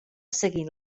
seguint